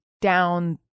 down